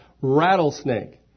rattlesnake